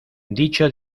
dicho